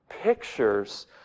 pictures